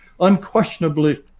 unquestionably